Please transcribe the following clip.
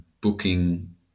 booking